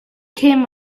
came